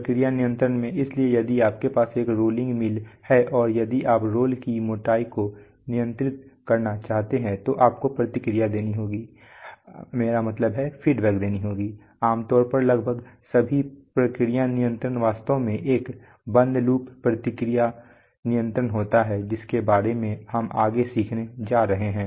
प्रक्रिया नियंत्रण में इसलिए यदि आपके पास एक रोलिंग मिल है और यदि आप रोल की मोटाई को नियंत्रित करना चाहते हैं तो आपको प्रतिक्रिया देनी होगी आमतौर पर लगभग सभी प्रक्रिया नियंत्रण वास्तव में एक बंद लूप प्रतिक्रिया नियंत्रण होता है जिसके बारे में हम आगे सीखने जा रहे हैं